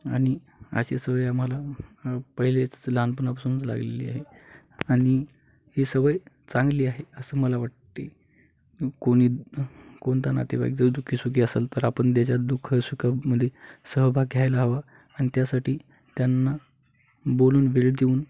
आणि अशी सवय आम्हाला पहिलेच लहानपणापासूनच लागलेली आहे आणि ही सवय चांगली आहे असं मला वाटते कोणी कोणता नातेवाईक जर दु खी सुखी असेल तर आपन त्याच्यात दुःख सुखामध्ये सहभाग घ्यायला हवा आणि त्यासाठी त्यांना बोलून वेळ देऊन